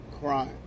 crime